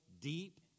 deep